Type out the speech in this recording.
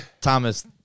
Thomas